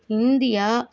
India